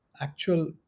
actual